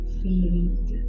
field